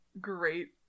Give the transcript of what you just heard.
great